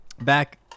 back